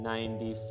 Ninety